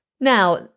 Now